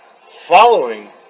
Following